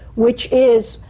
which is,